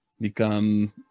become